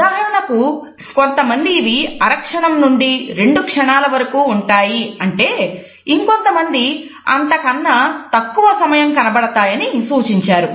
ఉదాహరణకు కొంతమంది ఇవి అరక్షణం నుండి రెండు క్షణాల వరకూ ఉంటాయి అంటే ఇంకొంతమంది అంతకన్నా తక్కువ సమయం కనబడతాయని సూచించారు